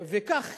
כך